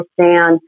understand